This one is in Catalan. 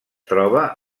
troba